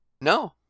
No